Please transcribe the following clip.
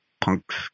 punks